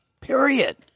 Period